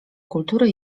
kultury